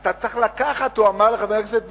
אתה צריך לקחת, הוא אמר לחבר הכנסת בר-און,